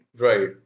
Right